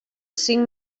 cinc